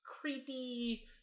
creepy